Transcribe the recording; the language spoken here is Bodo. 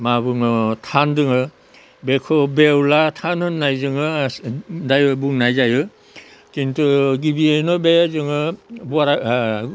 माबुङो थान दोङो बेखौ बेवला थान होननाय जोङो दायो बुंनाय जायो खिन्थु गिबियावनो बे जोङो बराय